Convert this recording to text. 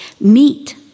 meet